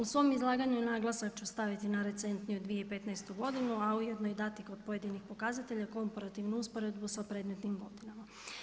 U svom izlaganju naglasak ću staviti na recentniju 2015. godinu, a ujedno dati kod pojedinih pokazatelja komparativnu usporedbu sa predmetnim godinama.